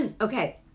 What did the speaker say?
Okay